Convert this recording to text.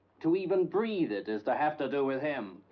to even breathe it is to have to do with him.